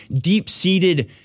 deep-seated